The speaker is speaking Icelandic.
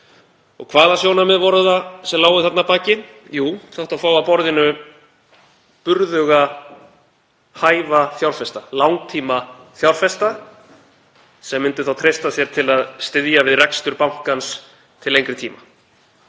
Og hvaða sjónarmið voru það sem lágu þarna að baki? Jú, það átti að fá að borðinu burðuga, hæfa fjárfesta, langtímafjárfesta, sem myndu þá treysta sér til að styðja við rekstur bankans til lengri tíma.